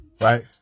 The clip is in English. right